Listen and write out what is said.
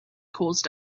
caused